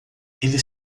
eles